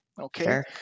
Okay